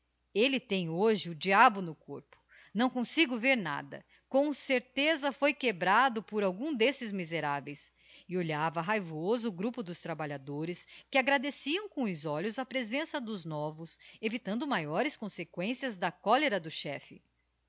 elle tem hoje o diabo no corpo não consigo ver nada com certeza foi quebrado por algum d'esses miseráveis e olhava raivoso o grupo dos trabalhadores que agradeciam com os olhos a presença dos novos evitando maiores consequências da cólera do chefe